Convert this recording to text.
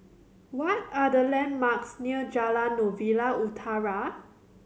what are the landmarks near Jalan Novena Utara